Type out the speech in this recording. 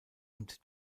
und